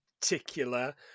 particular